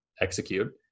execute